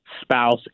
spouse